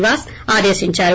నివాస్ ఆదేశించారు